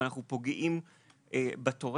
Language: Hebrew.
אבל אנחנו פוגעים בתורם,